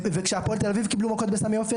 וכשהפועל תל אביב קיבלו מכות בסמי עופר